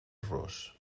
ros